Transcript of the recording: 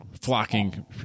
flocking